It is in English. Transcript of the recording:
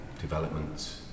developments